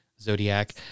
Zodiac